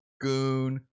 goon